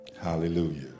Hallelujah